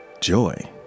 joy